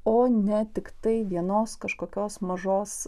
o ne tiktai vienos kažkokios mažos